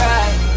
right